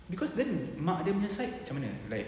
cause then mak dia punya side macam mana like